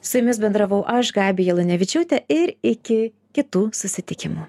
su jumis bendravau aš gabija lunevičiūtė ir iki kitų susitikimų